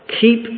keep